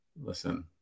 Listen